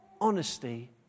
honesty